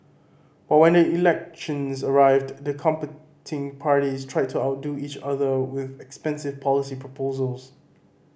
but when the elections arrived the competing parties tried to outdo each other with expensive policy proposals